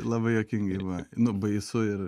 labai juokingai buo nu baisu ir